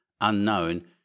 unknown